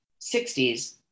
60s